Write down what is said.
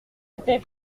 était